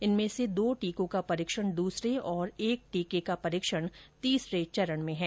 इनमें से दो टीकों का परीक्षण दूसरे और एक टीके का परीक्षण तीसरे चरण में है